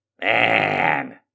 man